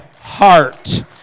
heart